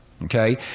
Okay